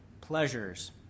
pleasures